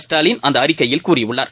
ஸ்டாவின் அந்த அறிக்கையில் கூறியுள்ளார்